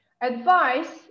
Advice